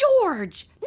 George